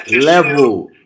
level